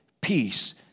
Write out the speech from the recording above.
peace